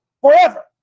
forever